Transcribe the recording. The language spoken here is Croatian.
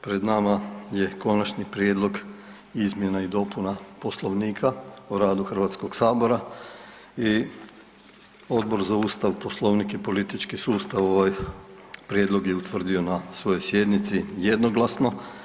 Pred nama je konačni prijedlog izmjena i dopuna Poslovnika o radu HS-a i Odbor za Ustav, Poslovnik i politički sustav ovaj prijedlog je utvrdio na svojoj sjednici jednoglasno.